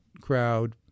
crowd